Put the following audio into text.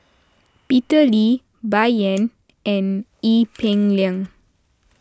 Peter Lee Bai Yan and Ee Peng Liang